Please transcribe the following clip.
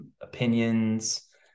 opinions